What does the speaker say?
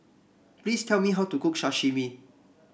please tell me how to cook Sashimi